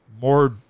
more